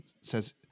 says